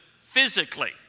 physically